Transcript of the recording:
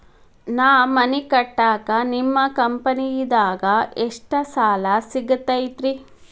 ನಾ ಮನಿ ಕಟ್ಟಾಕ ನಿಮ್ಮ ಕಂಪನಿದಾಗ ಎಷ್ಟ ಸಾಲ ಸಿಗತೈತ್ರಿ?